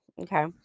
Okay